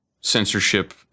censorship